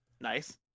Nice